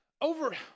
over